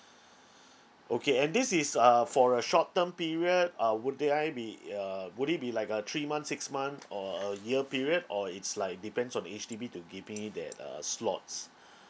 okay and this is uh for a short term period uh would there I be uh would it be like a three months six month or a year period or it's like depends on H_D_B to give me that uh slots